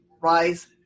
rise